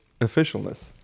officialness